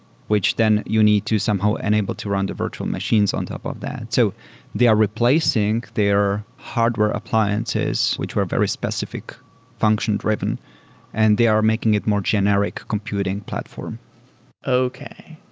which then you need to somehow enable to run the virtual machines on top of that. so they are replacing their hardware appliances, which were very specifi c function-driven and they are making it more generic computing platform okay.